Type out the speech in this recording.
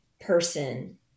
person